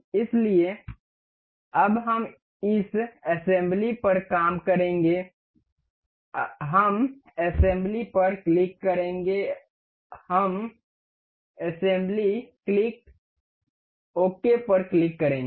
इसलिए अब हम इस असेंबली पर काम करेंगे हम असेंबली पर क्लिक करेंगे हम असेंबली क्लिक ओके पर क्लिक करेंगे